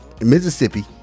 Mississippi